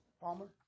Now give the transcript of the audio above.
Palmer